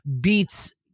beats